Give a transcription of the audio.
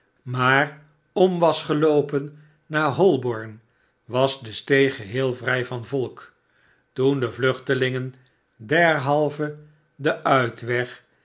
maar om was geloopen naar holborn was de steeg geheel vrij van volk toen de vluchtelingen derhalve den uitweg